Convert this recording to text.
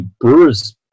Brewer's